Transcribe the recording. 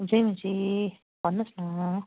जय मसिह भन्नुहोस् न